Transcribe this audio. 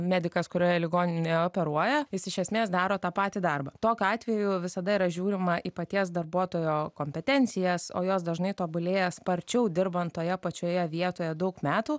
medikas kurioje ligoninėje operuoja jis iš esmės daro tą patį darbą tokiu atveju visada yra žiūrima į paties darbuotojo kompetencijas o jos dažnai tobulėja sparčiau dirbant toje pačioje vietoje daug metų